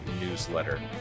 newsletter